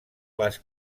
les